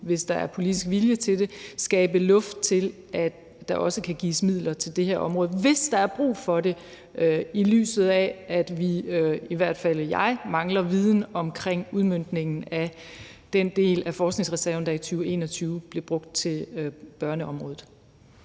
hvis der er politisk vilje til det, kan skabe luft til, at der også kan gives midler til det her område, hvis der er brug for det, i lyset af at vi eller i hvert fald jeg mangler viden omkring udmøntningen af den del af forskningsreserven, der i 2021 blev brugt til børneområdet.